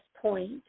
point